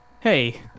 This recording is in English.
hey